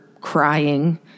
crying